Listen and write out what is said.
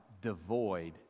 devoid